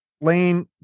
Lane